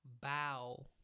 bow